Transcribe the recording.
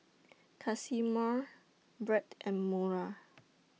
Casimir Bret and Mora